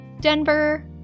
Denver